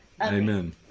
Amen